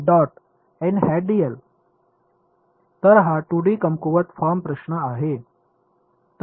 तर हा 2 डी कमकुवत फॉर्म प्रश्न आहे